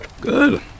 Good